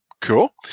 Cool